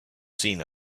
seen